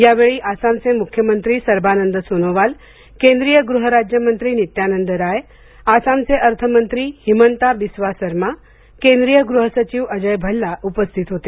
यावेळी आसामचे मुख्यमंत्री सर्बानंद सोनोवाल केंद्रीय गृहराज्यमंत्री नित्यानंद राय आसामचे अर्थमंत्री हिमंता बिस्वा सरमा केंद्रीय गृहसचिव अजय भल्ला उपस्थित होते